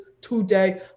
today